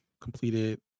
completed